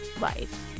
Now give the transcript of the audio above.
life